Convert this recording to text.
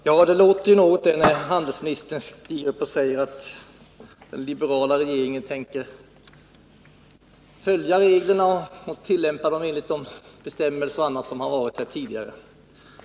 Herr talman! Ja, det låter något det, när handelsministern stiger upp och säger att den liberala regeringen tänker följa reglerna och tillämpa dem enligt de bestämmelser som varit tidigare.